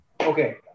Okay